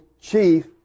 chief